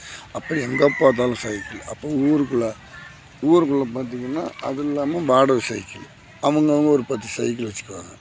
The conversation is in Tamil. அப்புறம் எங்கே பார்த்தாலும் சைக்கிள் அப்போ ஊருக்குள்ளே ஊருக்குள்ளே பார்த்திங்கன்னா அதுவும் இல்லாம வாடகை சைக்கிள்ளு அவங்கவுங்க ஒரு பத்து சைக்கிள் வச்சிக்குவாங்க